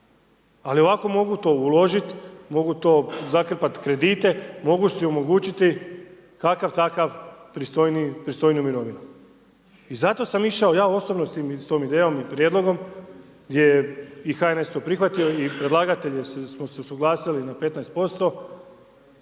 Ali ovako mogu to uložiti, mogu to zakrpat kredite, mogu si omogućiti kakav-takav pristojniji, pristojniju mirovinu. I zato sam išao ja osobno s tom idejom i prijedlogom gdje je i HNS to prihvatio i predlagatelj da smo se usuglasili na 15%